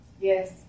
Yes